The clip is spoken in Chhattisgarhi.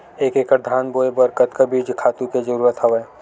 एक एकड़ धान बोय बर कतका बीज खातु के जरूरत हवय?